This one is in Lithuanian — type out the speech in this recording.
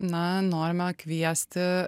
na norime kviesti